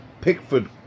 Pickford